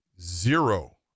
zero